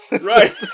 right